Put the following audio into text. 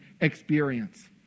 experience